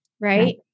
Right